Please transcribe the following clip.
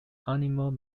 animals